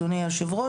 אדוני היו"ר,